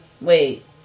Wait